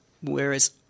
Whereas